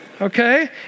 Okay